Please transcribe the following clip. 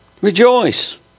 Rejoice